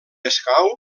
escau